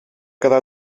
quedar